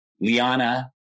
Liana